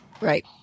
Right